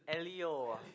Elio